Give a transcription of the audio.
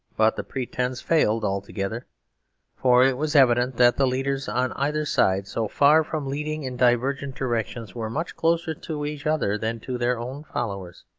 but the pretence failed altogether for it was evident that the leaders on either side, so far from leading in divergent directions, were much closer to each other than to their own followers.